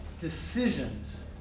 decisions